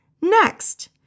next